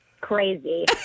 crazy